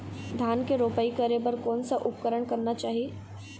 धान के रोपाई करे बर कोन सा उपकरण करना चाही?